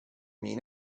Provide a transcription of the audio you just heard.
mean